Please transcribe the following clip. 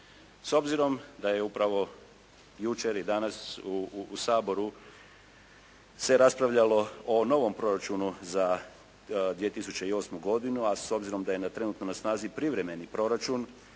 S obzirom da je upravo jučer i danas u Saboru se raspravljalo o novom proračunu za 2008. godinu a s obzirom da je trenutno na snazi privremeni proračun